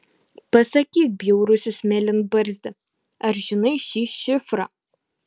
pasakyk bjaurusis mėlynbarzdi ar žinai šį šifrą